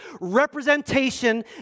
representation